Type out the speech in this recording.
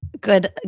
Good